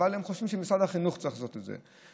אבל הם חושבים שמשרד החינוך צריך לעשות את זה.